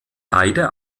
beide